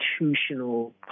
institutional